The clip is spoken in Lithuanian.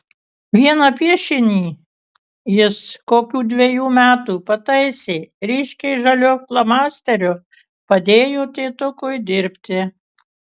vieną piešinį jis kokių dvejų metų pataisė ryškiai žaliu flomasteriu padėjo tėtukui dirbti